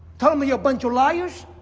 tell them you're a bunch of liars?